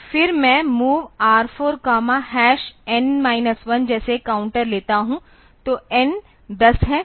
फिर मैं MOV R4 N 1 जैसे काउंटर लेता हूं तो N 10 है